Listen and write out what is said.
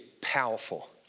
powerful